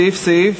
סעיף-סעיף.